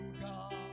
God